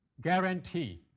guarantee